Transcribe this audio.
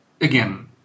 again